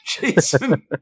Jason